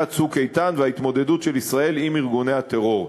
"צוק איתן" וההתמודדות של ישראל עם ארגוני הטרור.